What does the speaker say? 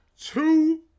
two